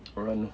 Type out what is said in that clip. orang mana